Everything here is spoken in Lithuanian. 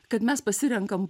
kad mes pasirenkam